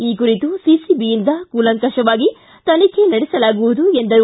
ಈ ಕುರಿತು ಸಿಸಿಬಿಯಿಂದ ಕೂಲಂಕಷವಾಗಿ ತನಿಖೆ ನಡೆಸಲಾಗುವುದು ಎಂದರು